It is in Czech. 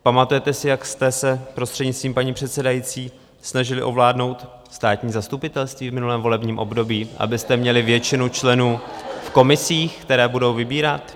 Pamatujete si, jak jste se, prostřednictvím paní předsedající, snažili ovládnout státní zastupitelství v minulém volebním období, abyste měli většinu členů v komisích, které je budou vybírat?